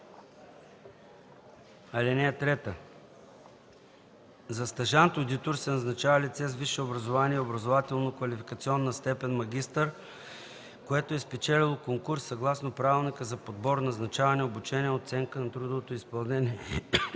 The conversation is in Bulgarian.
палата. (3) За стажант-одитор се назначава лице с висше образование, с образователно-квалификационна степен „магистър”, което е спечелило конкурс съгласно правилника за подбор, назначаване, обучение, оценка на трудовото изпълнение и